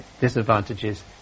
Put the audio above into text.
disadvantages